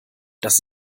das